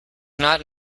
not